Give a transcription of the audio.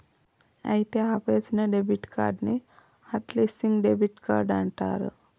అయితే ఆపేసిన debit card ని హట్ లిస్సింగ్ డెబిట్ కార్డ్ అంటారు